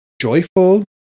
joyful